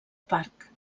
parc